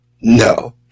No